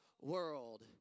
world